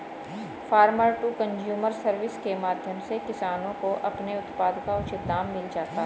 farmer to consumer service के माध्यम से किसानों को अपने उत्पाद का उचित दाम मिल जाता है